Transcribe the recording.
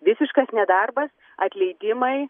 visiškas nedarbas atleidimai